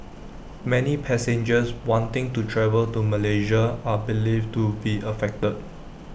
many passengers wanting to travel to Malaysia are believed to be affected